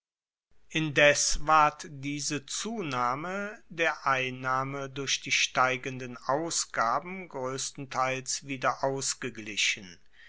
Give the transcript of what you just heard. indes ward diese zunahme der einnahme durch die steigenden ausgaben groesstenteils wieder ausgeglichen